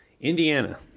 Indiana